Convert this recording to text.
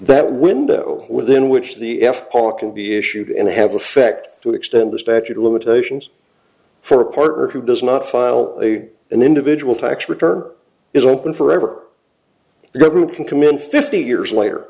that window within which the eff hawken be issued and have effect to extend the statute of limitations for a partner who does not file an individual tax return or is open forever the government can come in fifty years later